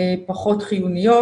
פחות חיוניות.